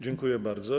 Dziękuję bardzo.